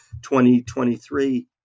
2023